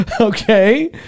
Okay